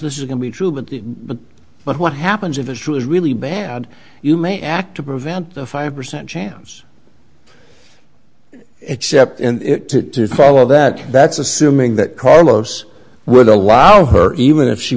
this is going to be true but but but what happens if the shoe is really bad you may act to prevent the five percent chance except in to follow that that's assuming that carlos would allow her even if she